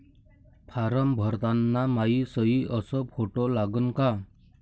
Form भरताना मायी सयी अस फोटो लागन का?